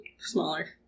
smaller